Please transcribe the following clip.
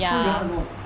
so you want to know